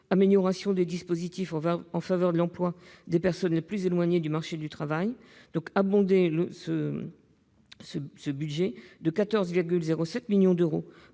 Amélioration des dispositifs en faveur de l'emploi des personnes les plus éloignées du marché du travail, de 14,07 millions d'euros,